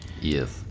Yes